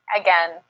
again